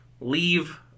Leave